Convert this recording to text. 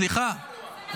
סליחה,